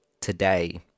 today